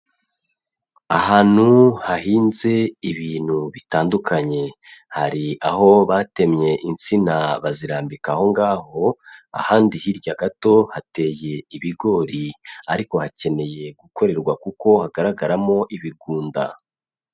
Ahantu hahinze ibintu bitandukanye, hari aho batemye insina bazirambika aho ngaho, ahandi hirya gato hateye ibigori ariko hakeneye gukorerwa kuko hagaragaramo ibigunda.